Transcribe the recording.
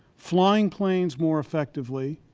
flying planes more effectively,